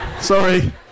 sorry